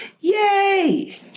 Yay